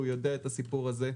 והוא יודע את הסיפור הזה.